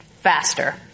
faster